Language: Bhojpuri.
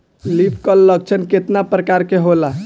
लीफ कल लक्षण केतना परकार के होला?